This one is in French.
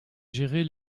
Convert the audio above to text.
gérer